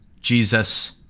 Jesus